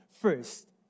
first